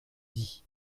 dit